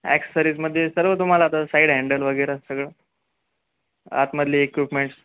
ॲक्सेसरीजमध्ये सर्व तुम्हाला आता साईड हँडल वगैरे सगळं आतमधली इक्विपमेंट्स